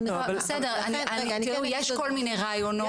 יש כל מיני רעיונות,